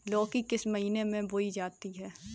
लौकी किस महीने में बोई जाती है?